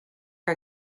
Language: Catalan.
que